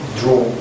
draw